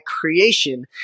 creation